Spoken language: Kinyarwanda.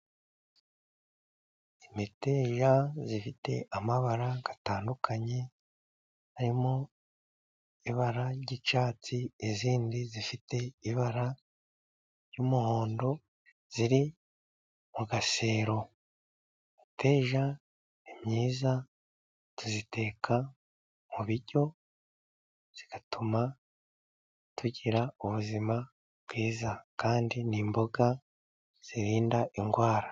Imiteja ifite amabara atandukanye. Harimo ibara ry'icyatsi, indi ifite ibara ry'umuhondo. Iri mu gasero. Imiteja myiza tuyiteka mu biryo igatuma tugira ubuzima bwiza. Kandi ni imboga zirinda indwara.